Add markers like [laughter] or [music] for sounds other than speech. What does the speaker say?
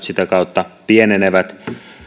[unintelligible] sitä kautta pienenevät